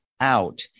out